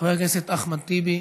חבר הכנסת אחמד טיבי,